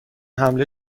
حمله